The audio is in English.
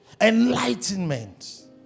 Enlightenment